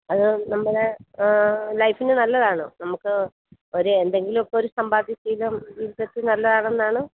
അത് നമ്മുടെ ലൈഫിനു നല്ലതാണ് നമുക്ക് ഒരു എന്തെങ്കിലൊക്കെയൊരു സംമ്പാദ്യം ഇട്ടിരുന്നത് ജീവിതത്തിൽ നല്ലതാണെന്നാണ്